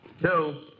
Two